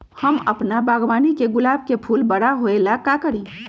हम अपना बागवानी के गुलाब के फूल बारा होय ला का करी?